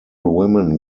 women